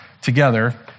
together